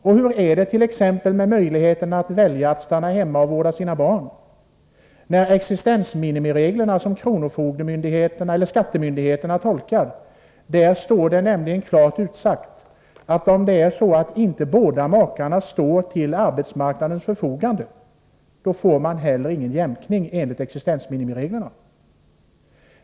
Och hur är det med möjligheten att stanna hemma och vårda sina barn när de éxistensminimiregler som kronofogdeoch skattemyndigheterna tolkar klart anger, att om inte båda makarna står till arbetsmarknadens förfogande, blir det inte heller någon jämkning enligt existensminimireglerna.